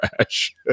trash